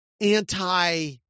anti